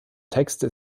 texte